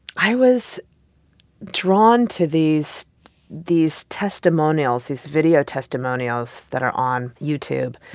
i was drawn to these these testimonials, these video testimonials that are on youtube.